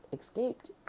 escaped